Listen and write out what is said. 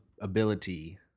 ability